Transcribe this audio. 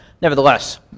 nevertheless